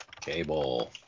Cable